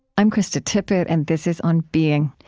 i'm krista tippett and this is on being.